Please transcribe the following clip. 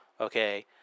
okay